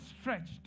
stretched